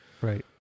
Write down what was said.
Right